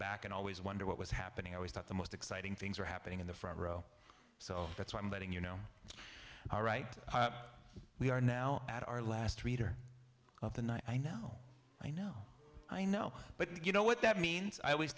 back and always wonder what was happening i always thought the most exciting things were happening in the front row so that's what i'm betting you know all right we are now at our last reader of the night i know i know i know but you know what that means i always